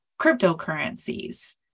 cryptocurrencies